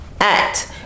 act